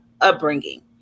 upbringing